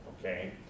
Okay